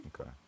Okay